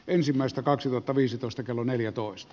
ensimmäistä kaksituhattaviisitoista kello neljätoista